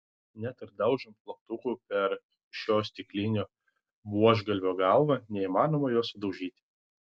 net ir daužant plaktuku per šio stiklinio buožgalvio galvą neįmanoma jo sudaužyti